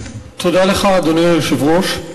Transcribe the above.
תודה לך, אדוני היושב-ראש.